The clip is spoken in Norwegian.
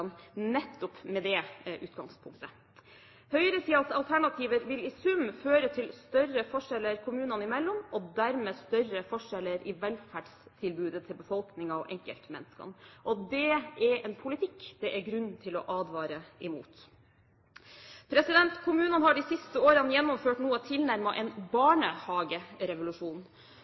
nettopp med det utgangspunktet. Høyresidens alternativer vil i sum føre til større forskjeller kommunene imellom, og dermed til større forskjeller i velferdstilbudet til befolkningen og til enkeltmennesker. Det er en politikk det er grunn til å advare mot. Kommunene har de siste årene gjennomført noe tilnærmet en barnehagerevolusjon.